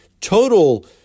total